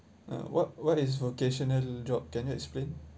uh what what is vocational job can you explain